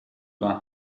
war